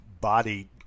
body